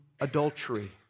adultery